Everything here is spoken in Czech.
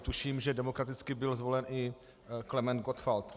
Tuším, že demokraticky byl zvolen i Klement Gottwald.